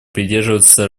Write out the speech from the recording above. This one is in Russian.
придерживаться